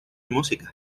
música